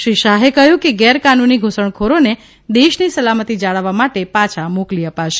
શ્રી શાહે કહ્યું કે ગેરકાનૂની ધુસણખોરોને દેશની સલામતિ જાળવવા માટે પાછા મોકલી અપાશે